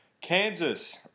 Kansas